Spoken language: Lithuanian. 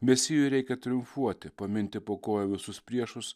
mesijui reikia triumfuoti paminti po kojų visus priešus